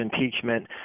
impeachment